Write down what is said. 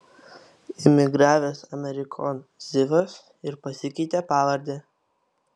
imigravęs amerikon zivas ir pasikeitė pavardę